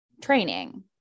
training